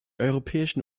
europäischen